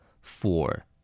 four